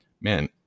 man